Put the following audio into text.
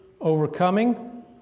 overcoming